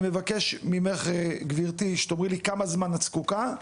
אני מבקש ממך שתאמרי לי לכמה זמן את זקוקה,